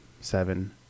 seven